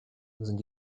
sind